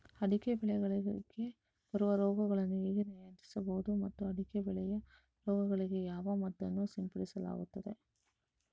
ಅಡಿಕೆ ಬೆಳೆಗಳಿಗೆ ಬರುವ ರೋಗಗಳನ್ನು ಹೇಗೆ ನಿಯಂತ್ರಿಸಬಹುದು ಮತ್ತು ಅಡಿಕೆ ಬೆಳೆಯ ರೋಗಗಳಿಗೆ ಯಾವ ಮದ್ದನ್ನು ಸಿಂಪಡಿಸಲಾಗುತ್ತದೆ?